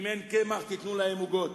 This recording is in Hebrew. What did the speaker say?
אם אין קמח, תנו להם עוגות.